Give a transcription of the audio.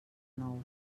nou